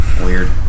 Weird